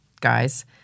guys